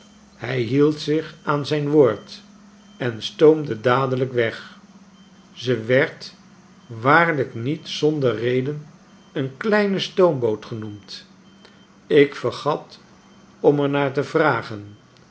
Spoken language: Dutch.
hij hield zich aan zijn woord en stoomde dadelijk weg ze werd waarlijk niet zonder reden een kleine stoomboot genoemd ik vergat om er naar te vragen